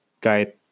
guide